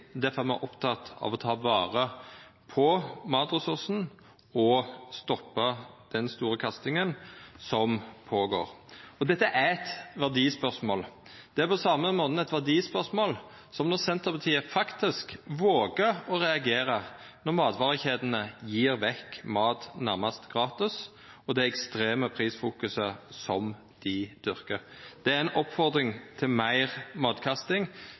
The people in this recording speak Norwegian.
er me opptekne av å ta vare på matressursen og stoppa den omfattande kastinga som pågår. Dette er eit verdispørsmål på same måte som når Senterpartiet vågar å reagera når matvarekjedene gjev vekk mat nærmast gratis, med det ekstreme prisfokuset som dei dyrkar. Det er ei oppfordring til meir matkasting,